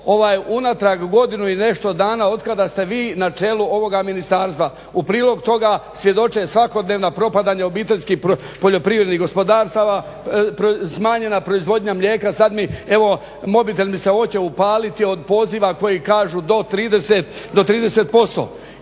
unatrag godinu i nešto dana od kada ste vi na čelu ovoga ministarstva, u prilog toga svjedoče svakodnevna propadanja OPG-a, smanjena proizvodnja mlijeka. Sada evo mobitel mi se oće upaliti od poziva koji kažu do 30%